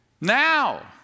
now